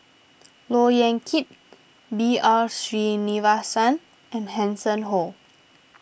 Look Yan Kit B R Sreenivasan and Hanson Ho